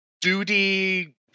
duty